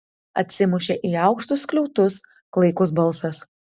atsimušė į aukštus skliautus klaikus balsas